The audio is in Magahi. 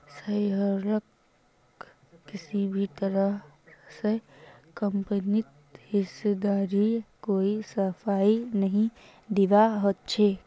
शेयरहोल्डरक किसी भी तरह स कम्पनीत हिस्सेदारीर कोई सफाई नी दीबा ह छेक